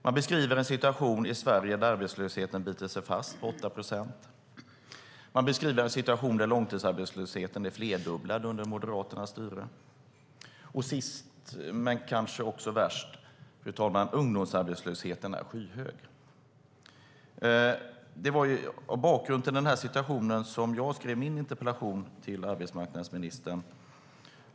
Man beskriver en situation i Sverige där arbetslösheten biter sig fast på 8 procent och där långtidsarbetslösheten är flerdubblad under Moderaternas styre. Sist men kanske också värst är ungdomsarbetslösheten skyhög. Det var mot bakgrund av den situationen som jag skrev min interpellation till arbetsmarknadsministern.